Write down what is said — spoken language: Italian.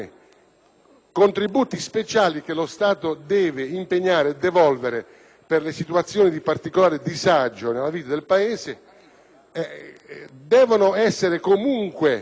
contributi speciali che lo Stato deve impegnare e devolvere per le situazioni di particolare disagio nella vita del Paese, devono essere comunque